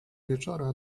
wieczora